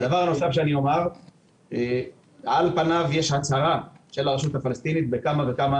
על פניו יש הצהרה של הרשות הפלסטינית בכמה וכמה